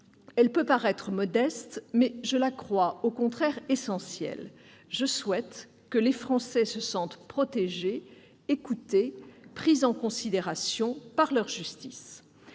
elle peut paraître modeste, mais je la crois au contraire essentielle : je souhaite que les Français se sentent protégés, écoutés, pris en considération par leur justice.